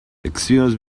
excuse